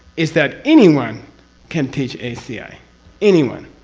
is that anyone can teach aci. anyone!